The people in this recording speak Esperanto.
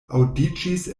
aŭdiĝis